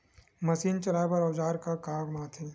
Machine चलाए बर औजार का काम आथे?